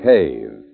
Cave